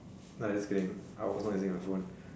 ah just kidding I was not using my phone